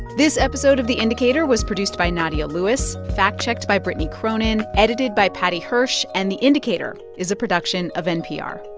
this episode of the indicator was produced by nadia lewis, fact-checked by brittany cronin, edited by paddy hirsch. and the indicator is a production of npr